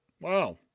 wow